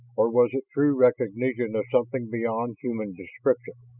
or was it true recognition of something beyond human description?